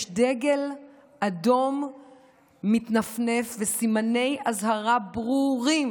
יש דגל אדום מתנפנף וסימני אזהרה ברורים